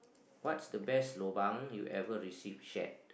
what's the best lobang you ever receive yet